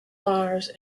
fires